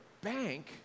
bank